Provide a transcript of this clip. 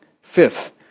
fifth